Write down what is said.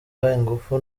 ingufu